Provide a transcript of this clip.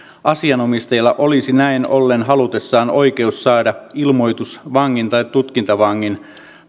asianomistajalla olisi näin ollen halutessaan oikeus saada ilmoitus vangin tai tutkintavangin